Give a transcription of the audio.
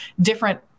different